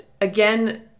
again